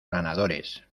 ganadores